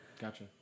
Gotcha